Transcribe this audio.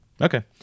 Okay